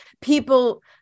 people